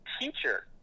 teacher